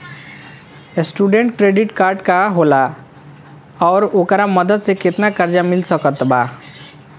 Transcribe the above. Student credit card का होखेला और ओकरा मदद से केतना कर्जा मिल सकत बा?